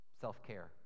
Self-care